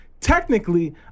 technically